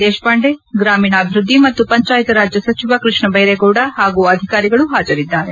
ದೇಶಪಾಂಡೆ ಗ್ರಾಮೀಣಾಭಿವೃಧ್ಧಿ ಮತ್ತು ಪಂಚಾಯತ್ ರಾಜ್ ಸಚಿವ ಕೃಷ್ಣ ಬೈರೇಗೌಡ ಹಾಗೂ ಅಧಿಕಾರಿಗಳು ಉಪಸ್ಥಿತರಿದ್ದರು